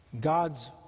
God's